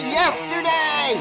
yesterday